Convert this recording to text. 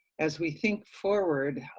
as we think forward,